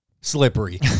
Slippery